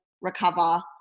recover